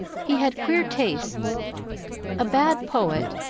he had queer tastes a bad poet,